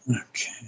Okay